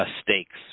stakes